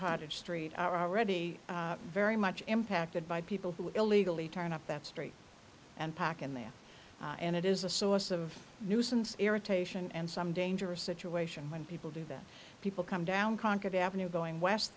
cottage street are already very much impacted by people who illegally turn up that street and pack in there and it is a source of nuisance irritation and some dangerous situation when people do that people come down concord avenue going west